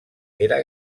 era